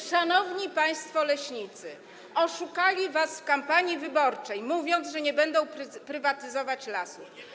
Szanowni państwo leśnicy, oszukali was w kampanii wyborczej, mówiąc, że nie będą prywatyzować lasów.